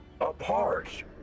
apart